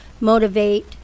motivate